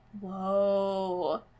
Whoa